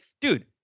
dude